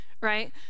right